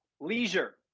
Leisure